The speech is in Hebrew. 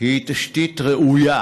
היא תשתית ראויה,